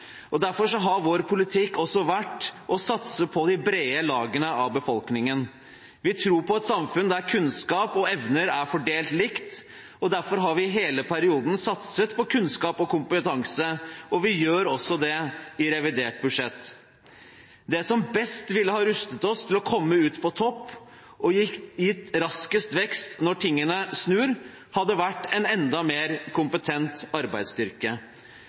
har vår politikk også vært å satse på de brede lagene av befolkningen. Vi tror på et samfunn der kunnskap og evner er fordelt likt, og derfor har vi i hele perioden satset på kunnskap og kompetanse, og vi gjør det også i revidert nasjonalbudsjett. Det som best ville ha rustet oss til å komme ut på topp og gitt raskest vekst når tingene snur, hadde vært en enda mer kompetent arbeidsstyrke.